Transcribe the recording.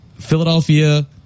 Philadelphia